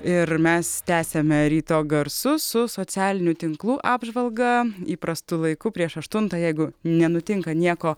ir mes tęsiame ryto garsus su socialinių tinklų apžvalga įprastu laiku prieš aštuntą jeigu nenutinka nieko